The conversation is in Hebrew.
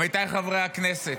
עמיתיי חברי הכנסת,